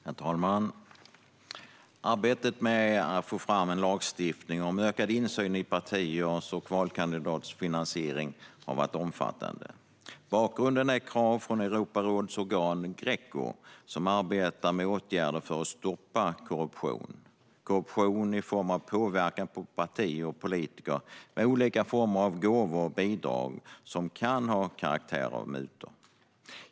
Herr talman! Arbetet med att få fram en lagstiftning om ökad insyn i partiers och valkandidaters finansiering har varit omfattande. Bakgrunden är krav från Europarådets organ Greco, som arbetar med åtgärder för att stoppa korruption i form av påverkan på partier och politiker med olika former av gåvor och bidrag som kan ha karaktär av mutor.